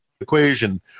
equation